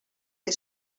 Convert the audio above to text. que